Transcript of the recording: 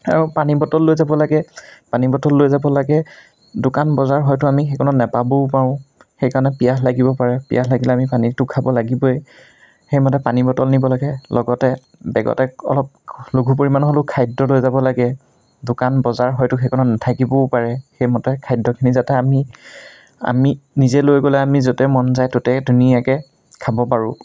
আৰু পানী বটল লৈ যাব লাগে পানী বটল লৈ যাব লাগে দোকান বজাৰ হয়তো আমি সেইকণত নেপাবও পাৰোঁ সেইকাৰণে পিয়াহ লাগিব পাৰে পিয়াহ লাগিলে আমি পানীটো খাব লাগিবই সেইমতে পানী বটল নিব লাগে লগতে বেগতে অলপ লঘু পৰিমাণৰ হ'লেও খাদ্য লৈ যাব লাগে দোকান বজাৰ হয়তো সেইকণত নাথাকিবও পাৰে সেইমতে খাদ্যখিনি যাতে আমি আমি নিজে লৈ গ'লে আমি য'তে মন যায় ত'তে ধুনীয়াকৈ খাব পাৰোঁ